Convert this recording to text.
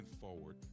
forward